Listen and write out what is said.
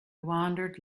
wandered